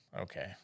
Okay